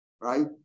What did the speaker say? right